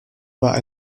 war